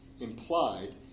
implied